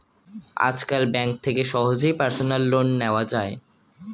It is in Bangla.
আজকাল ব্যাঙ্ক থেকে সহজেই পার্সোনাল লোন নেওয়া যায়